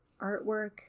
artwork